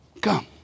Come